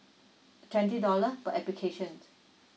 twenty dollar per application